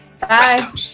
Bye